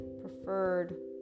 preferred